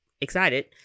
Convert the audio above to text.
excited